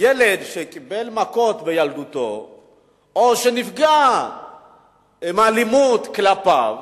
ילד שקיבל מכות בילדותו או שנפגע מאלימות כלפיו,